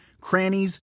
crannies